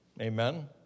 Amen